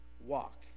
walk